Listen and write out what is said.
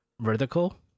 vertical